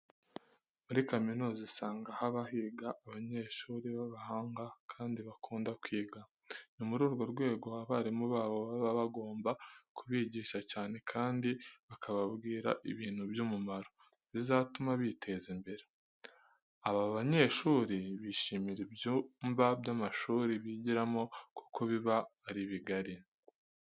Muri kamuniza usanga haba higa abanyeshuri b'abahanga kandi bakunda kwiga. Ni muri urwo rwego abarimu babo baba bagomba kubigisha cyane kandi bakababwira ibintu by'umumaro bizatuma biteza imbere. Aba banyeshuri bishimira ibyumba by'amashuri bigiramo kuko biba ari bigari.